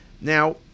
Now